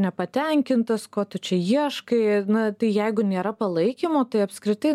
nepatenkintas ko tu čia ieškai na tai jeigu nėra palaikymo tai apskritai